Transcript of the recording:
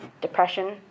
depression